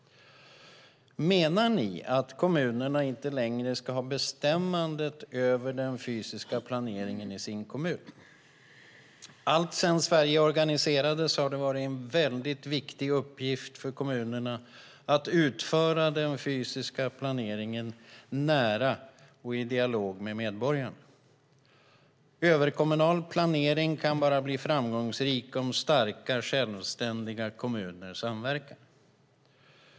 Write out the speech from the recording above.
Menar ni att kommunerna inte längre ska ha bestämmandet över den fysiska planeringen i sin kommun? Alltsedan Sverige organiserades har det varit en viktig uppgift för kommunerna att utföra den fysiska planeringen nära och i dialog med medborgarna. Överkommunal planering kan bara bli framgångsrik om starka, självständiga kommuner samverkar.